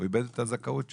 והוא איבד את הזכאות שלו.